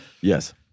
Yes